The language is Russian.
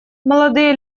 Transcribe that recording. молодые